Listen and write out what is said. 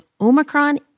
Omicron